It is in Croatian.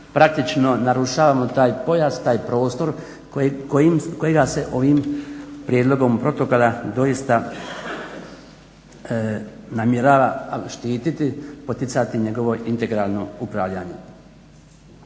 praktično narušavamo taj pojas, taj prostor kojega se ovim prijedlogom protokola doista namjerava štiti, poticati njegovo integralno upravljanje.